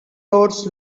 doors